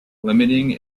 limiting